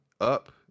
up